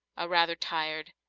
a rather tired,